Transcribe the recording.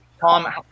Tom